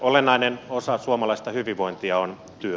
olennainen osa suomalaista hyvinvointia on työ